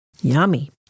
Yummy